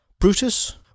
Brutus